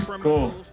Cool